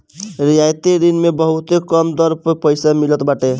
रियायती ऋण मे बहुते कम दर पअ पईसा मिलत बाटे